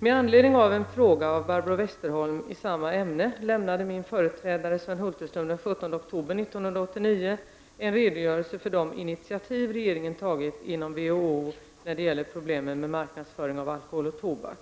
Med anledning av en fråga av Barbro Westerholm i samma ämne lämnade min företrädare Sven Hulterström den 17 oktober 1989 en redogörelse för de intitiativ regeringen tagit inom WHO när det gäller problemen med marknadsföring av alkohol och tobak.